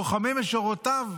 לוחמים משורותיו,